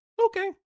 Okay